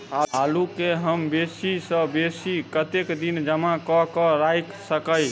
आलु केँ हम बेसी सऽ बेसी कतेक दिन जमा कऽ क राइख सकय